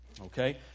Okay